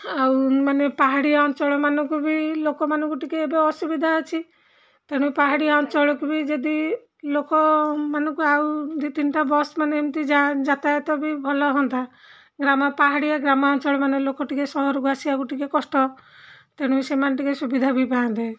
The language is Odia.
ଆଉ ମାନେ ପାହାଡ଼ିଆ ଅଞ୍ଚଳମାନଙ୍କୁ ବି ଲୋକମାନଙ୍କୁ ଟିକେ ଏବେ ଅସୁବିଧା ଅଛି ତେଣୁ ପାହାଡ଼ିଆ ଅଞ୍ଚଳକୁ ବି ଯଦି ଲୋକମାନଙ୍କୁ ଆଉ ଦୁଇ ତିନିଟା ବସ୍ ମାନେ ଏମିତି ଯାତାୟାତ ବି ଭଲ ହଅନ୍ତା ଗ୍ରାମ ପାହାଡ଼ିଆ ଗ୍ରାମାଞ୍ଚଳ ମାନେ ଲୋକ ଟିକେ ସହରକୁ ଆସିବାକୁ ଟିକେ କଷ୍ଟ ତେଣୁ ସେମାନେ ଟିକେ ସୁବିଧା ବି ପାଆନ୍ତେ